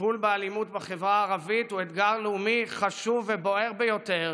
הטיפול באלימות בחברה הערבית הוא אתגר לאומי חשוב ובוער ביותר,